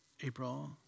April